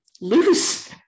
loose